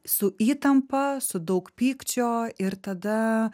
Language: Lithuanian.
su įtampa su daug pykčio ir tada